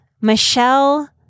Michelle